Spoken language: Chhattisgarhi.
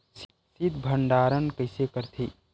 शीत भंडारण कइसे करथे?